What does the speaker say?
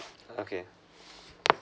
okay